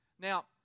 Now